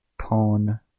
Pawn